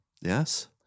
Yes